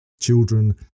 children